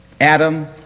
Adam